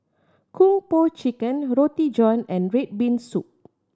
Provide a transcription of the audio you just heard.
Kung Po Chicken Roti John and red bean soup